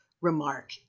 remark